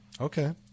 Okay